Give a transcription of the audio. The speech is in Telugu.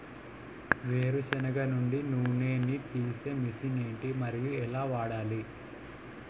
వేరు సెనగ నుండి నూనె నీ తీసే మెషిన్ ఏంటి? మరియు ఎలా వాడాలి?